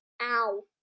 Ow